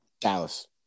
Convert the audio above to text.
Dallas